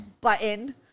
button